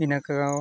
ᱤᱱᱟᱹᱠᱚ